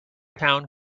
town